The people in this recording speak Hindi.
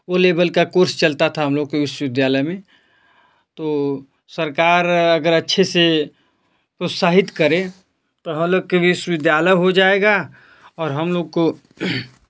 ओ लेवल का कोर्स चलता था हम लोग के विश्वविद्यालय में तो सरकार अगर अच्छे से उत्साहित करे तो हम लोग के विश्वविद्यालय हो जाएगा और हम लोग को